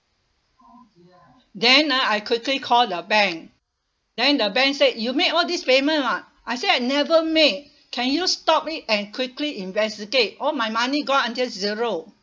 then ah I quickly call the bank then the bank said you make all these payment [what] I said I never make can you stop it and quickly investigate all my money gone until zero